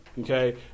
Okay